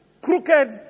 crooked